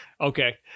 Okay